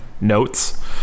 notes